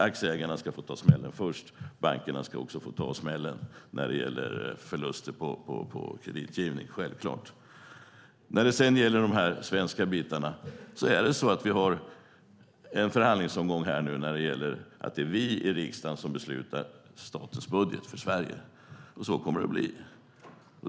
Aktieägarna ska få ta smällen först, och bankerna ska få ta smällen när det gäller förluster på kreditgivning. Det är självklart. Vi har en förhandlingsomgång när vi i Sveriges riksdag beslutar om statens budget. Så kommer det att bli.